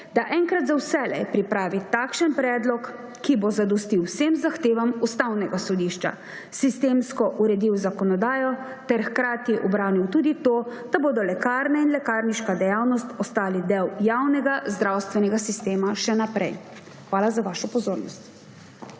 da enkrat za vselej pripravi takšen predlog, ki bo zadostil vsem zahtevam Ustavnega sodišča, sistemsko uredil zakonodajo ter hkrati obranil tudi to, da bodo lekarne in lekarniška dejavnost ostali del javnega zdravstvenega sistema še naprej. Hvala za vašo pozornost.